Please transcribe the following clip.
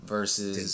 Versus